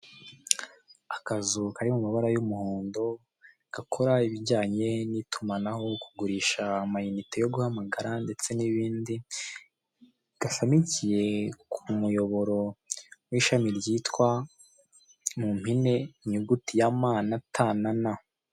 Akazu kari mu mabara y'umuhondo, gakora ibijyanye n'itumanaho kugurisha ama inite yo guhamagara ndetse n'ibindi, gashamikiye ku muyoboro w'ishami ryitwa mu mpine inyuguti ya M na T na N.